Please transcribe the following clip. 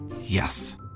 Yes